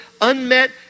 unmet